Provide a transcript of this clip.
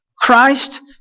Christ